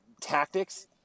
tactics